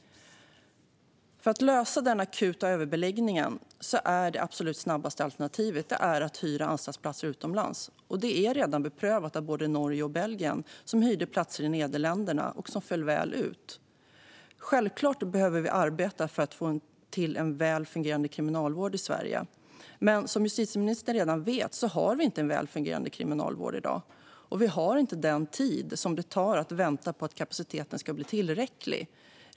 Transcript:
För att lösa den akuta överbeläggningen är det absolut snabbaste alternativet att hyra anstaltsplatser utomlands. Det är redan beprövat av både Norge och Belgien, som hyrde platser i Nederländerna, vilket föll väl ut. Självklart behöver vi arbeta för att få till en väl fungerande kriminalvård i Sverige. Men som justitieministern redan vet har vi inte en väl fungerande kriminalvård i dag. Vi har inte den tid som det tar att vänta på att kapaciteten ska bli tillräcklig.